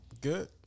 Good